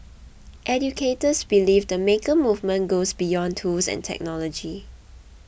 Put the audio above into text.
educators believe the maker movement goes beyond tools and technology